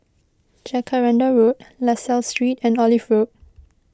Jacaranda Road La Salle Street and Olive Road